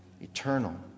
eternal